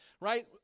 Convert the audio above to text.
right